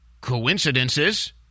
coincidences